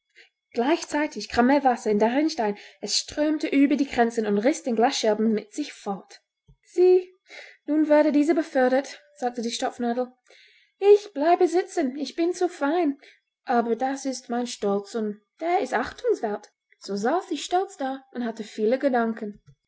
gleichzeitig kam mehr wasser in den rinnstein es strömte über die grenzen und riß den glasscherben mit sich fort sieh nun wurde dieser befördert sagte die stopfnadel ich bleibe sitzen ich bin zu fein aber das ist mein stolz und der ist achtungswert so saß sie stolz da und hatte viele gedanken